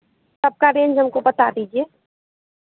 सबका रेंज हमको बता दीजिए